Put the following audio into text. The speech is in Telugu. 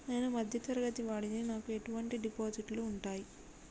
నేను మధ్య తరగతి వాడిని నాకు ఎటువంటి డిపాజిట్లు ఉంటయ్?